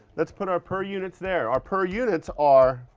let's put our per units there. our per units are